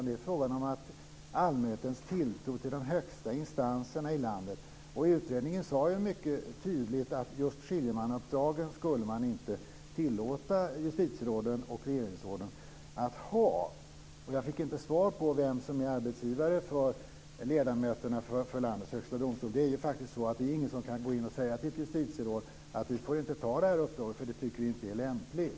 Det är fråga om allmänhetens tilltro till de högsta instanserna i landet. Utredningen sade ju mycket tydligt att man inte skulle tillåta justitieråden och regeringsråden att ha just dessa skiljemannauppdrag. Jag fick inte svar på vem som är arbetsgivare för ledamöterna i landets högsta domstol. Det är ju faktiskt så att det är inte är någon som kan gå in och säga till ett justitieråd: Du får inte ta det här uppdraget för det tycker inte vi är lämpligt.